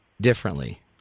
differently